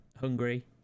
Hungary